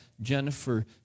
Jennifer